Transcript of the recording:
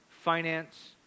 finance